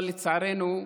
אבל לצערנו,